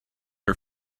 her